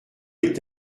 est